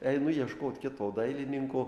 einu ieškot kito dailininko